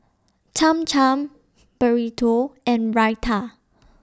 Cham Cham Burrito and Raita